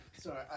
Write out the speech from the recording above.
Sorry